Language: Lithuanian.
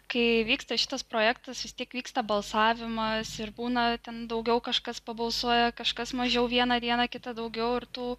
kai vyksta šitas projektas vis tiek vyksta balsavimas ir būna ten daugiau kažkas pabalsuoja kažkas mažiau vieną dieną kitą daugiau ir tų